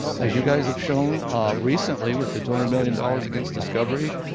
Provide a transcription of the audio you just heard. as you guys have shown recently with the two hundred million dollars against disovery,